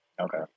Okay